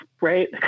Right